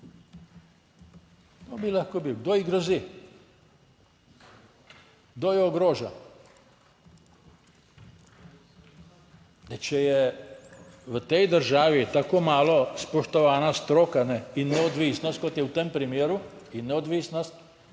Kdo bi lahko bil? Kdo ji grozi? Kdo jo ogroža? Če je v tej državi tako malo, spoštovana stroka in neodvisnost, kot je v tem primeru, in neodvisnost,